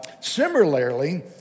Similarly